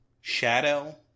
shadow